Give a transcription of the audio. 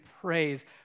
praise